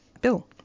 Bill